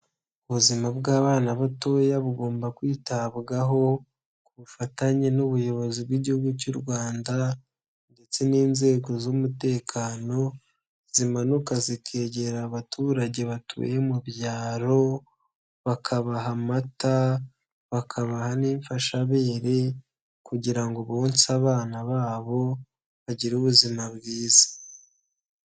Ubuzima bw'abana batoya bugomba kwitabwaho, ku bufatanye n'ubuyobozi bw'igihugu cy'u Rwanda ndetse n'inzego z'umutekano, zimanuka zikegera abaturage batuye mu byaro, bakabaha amata, bakabaha n'imfashabereye kugira ngo bonse abana babo bagire ubuzima bwiza.